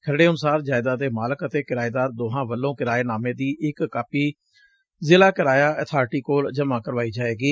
ਖਰੜੇ ਅਨੁਸਾਰ ਜਾਇਦਾਦ ਦੇ ਮਾਲਕ ਅਤੇ ਕਿਰਾਏਦਾਰ ਦੋਹਾਂ ਵਲੋਂ ਕਿਰਾਏ ਨਾਮੇ ਦੀ ਕਾਪੀ ਜ਼ਿਲ੍ਹਾ ਕਿਰਾਇਆ ਅਬਾਰਿਟੀ ਕੋਲ ਜਮ੍ਪਾਂ ਕਰਵਾਈ ਜਾਏਗੀ